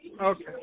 Okay